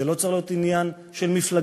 וזה לא צריך להיות עניין של מפלגה